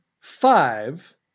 five